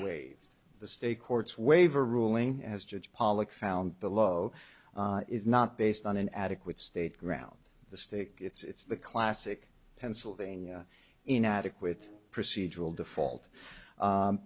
waived the state courts waiver ruling as judge pollak found below is not based on an adequate state ground the stick it's the classic pennsylvania inadequate procedural default